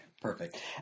Perfect